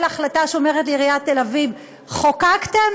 החלטה שאומרת לעיריית תל-אביב: חוקקתם?